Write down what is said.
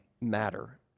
matter